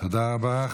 תודה רבה.